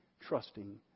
trusting